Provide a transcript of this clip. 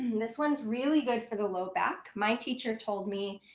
this one's really good for the low back. my teacher told me,